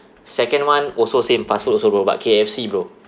second one also same fast food also bro but K_F_C bro